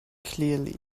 clearly